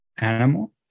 animal